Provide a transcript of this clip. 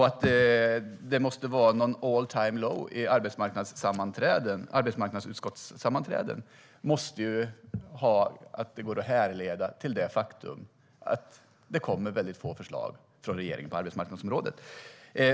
Att det är all time low när det gäller antalet arbetsmarknadsutskottssammanträden måste gå att härleda till det faktum att det kommer mycket få förslag från regeringen på arbetsmarknadsområdet.